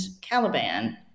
Caliban